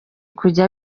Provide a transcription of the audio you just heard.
kujya